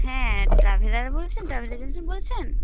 হ্যাঁ ট্রাভেলার বলছেন travel agency বলছেন